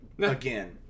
again